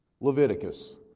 Leviticus